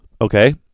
Okay